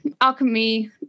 alchemy